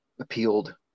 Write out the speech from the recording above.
appealed